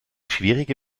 schwierige